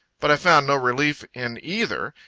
but i found no relief in either.